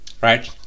Right